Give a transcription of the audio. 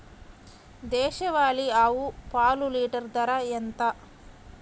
దేశవాలీ ఆవు పాలు లీటరు ధర ఎంత?